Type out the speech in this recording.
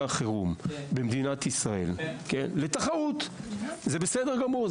החירום במדינת ישראל לתחרות זה בסדר גמור.